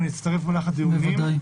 אני אצטרף במהלך הדיונים.